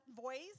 voice